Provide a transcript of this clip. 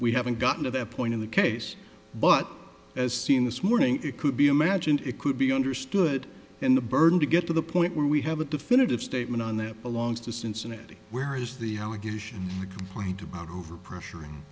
we haven't gotten to that point in the case but as seen this morning it could be imagined it could be understood in the burden to get to the point where we have a definitive statement on that belongs to cincinnati where is the allegation going to be over pressuring